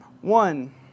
One